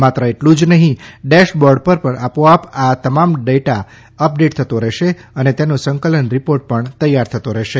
માત્ર એટલું જ નહી ડેશ બોર્ડ પર આપોઆપ આ તમામ ડેટા પડેટ થતો રહેશે ને તેનો સંકલિત રીપોર્ટ પણ તૈયાર થતો રહેશે